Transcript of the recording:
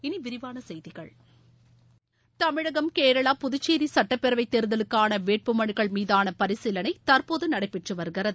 இனி விரிவான செய்திகள் தமிழகம் கேரளா புதுச்சேரி சுட்டப்பேரவைத் தேர்தலுக்கான வேட்புமனுக்கள் மீதான பரிசீலனை தற்போது நடைபெற்று வருகிறது